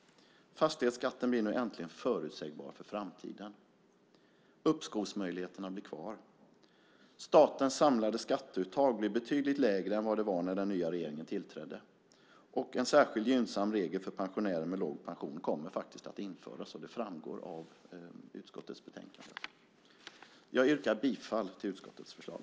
Fastighetsskatten blir nu äntligen förutsägbar för framtiden. Uppskovsmöjligheterna blir kvar. Statens samlade skatteuttag blir betydligt lägre än vad det var när den nya regeringen tillträdde. En särskilt gynnsam regel för pensionärer med låg pension kommer faktiskt att införas. Det framgår av utskottets betänkande. Jag yrkar bifall till utskottets förslag.